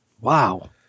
wow